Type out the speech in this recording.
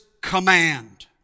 command